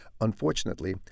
Unfortunately